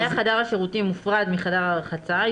היה חדר השירותים מופרד מחדר הרחצה,